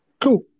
Cool